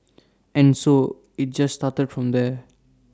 and so IT just started from there